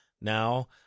Now